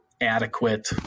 adequate